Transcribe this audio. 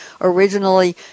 originally